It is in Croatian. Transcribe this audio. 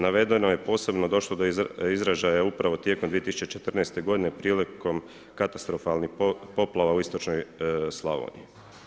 Navedeno je posebno došlo do izražaja upravo tijekom 2014. godine prilikom katastrofalnih poplava u istočnoj Slavoniji.